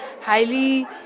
highly